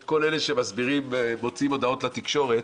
את כל אלה שמסבירים ומוציאים הודעות לתקשורת